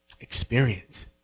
experience